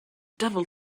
devil